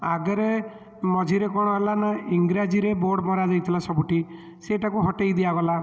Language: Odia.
ଆଗେରେ ମଝିରେ କ'ଣ ହେଲାନା ଇଂରାଜୀରେ ବୋର୍ଡ଼୍ ମରାଯାଇଥିଲା ସବୁଠି ସେଇଟାକୁ ହଟେଇ ଦିଆଗଲା